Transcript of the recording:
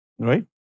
Right